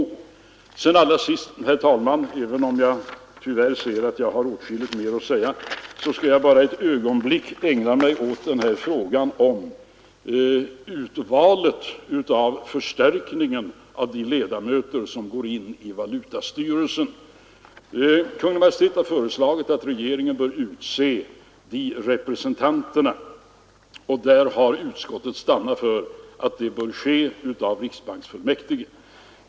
Sedan allra sist, herr talman, även om jag tyvärr ser att jag har åtskilligt mer att säga, skall jag bara ett ögonblick ägna mig åt frågan om urvalet av ledamöter i valutastyrelsen. Kungl. Maj:t har föreslagit att regeringen skall utse de representanterna, men utskottet har stannat för att det skall göras av riksbanksfullmäktige.